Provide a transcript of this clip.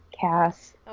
cast